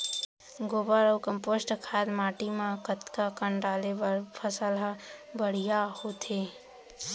गोबर अऊ कम्पोस्ट खाद माटी म कतका कन डाले बर फसल ह बढ़िया होथे?